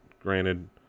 Granted